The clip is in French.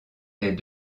est